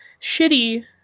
shitty